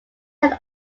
head